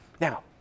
Now